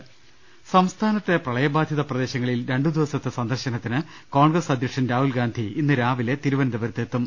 രദ്ദമ്പ്പെട്ടറ സംസ്ഥാനത്തെ പ്രളയബാധിത പ്രദ്ദേശങ്ങളിൽ രണ്ടുദിവസത്തെ സന്ദർശനത്തിന് കോൺഗ്രസ് അധ്യക്ഷൻ രാഹുൽഗാന്ധി ഇന്ന് രാവിലെ തിരുവനന്തപുരത്ത് എത്തും